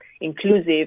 inclusive